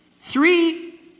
three